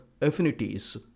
affinities